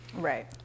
Right